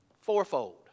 fourfold